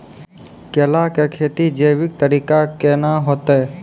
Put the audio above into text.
केला की खेती जैविक तरीका के ना होते?